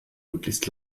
möglichst